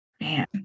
Man